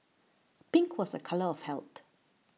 pink was a colour of health